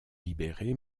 libéré